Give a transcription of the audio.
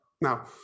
now